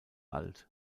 alt